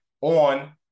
on